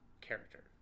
character